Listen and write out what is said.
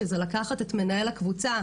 שזה לקחת את מנהל הקבוצה,